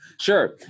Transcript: sure